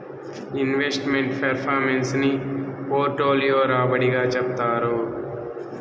invest meant performance ని portfolio రాబడి గా చెప్తారు